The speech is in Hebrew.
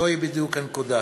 זוהי בדיוק הנקודה.